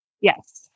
yes